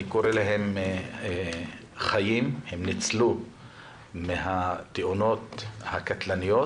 אני קורא להם חיים, הם ניצלו מהתאונות הקטלניות,